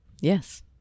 Yes